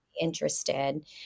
interested